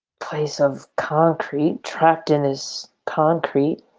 piece of concrete. trapped in this concrete.